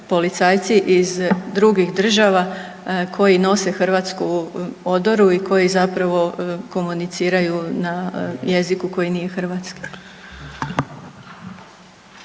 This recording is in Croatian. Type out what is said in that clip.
iz drugih država koji nose hrvatsku odoru i koji zapravo komuniciraju na jeziku koji nije hrvatski.